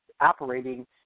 operating